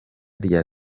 rya